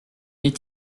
est